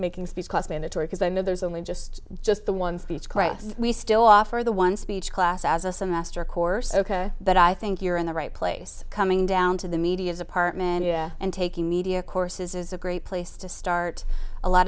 making speech class mandatory because i mean there's only just just the one speech we still offer the one speech class as a semester course ok but i think you're in the right place coming to down to the media's apartment and taking media courses is a great place to start a lot